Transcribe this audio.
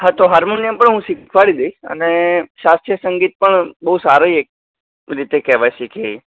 હા તો હાર્મોનિયમ પણ હું શીખવાડી દઇશ અને શાસ્ત્રીય સંગીત પણ બહુ સારી રીતે કહેવાય શીખે એ